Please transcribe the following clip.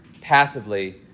passively